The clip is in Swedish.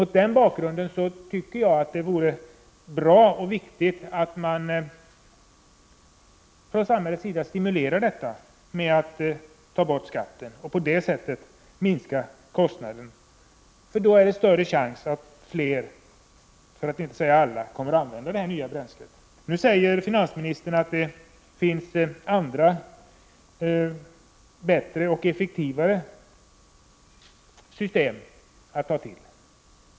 Mot den bakgrunden vore det bra om samhället stimulerade en övergång till andra bränslen genom att minska kostnaden för användningen av de nya bränslena. Då finns det större chans att fler, för att inte säga alla, kommer att använda det nya bränslet. Nu säger finansministern att det finns andra, bättre och effektivare, system att ta till.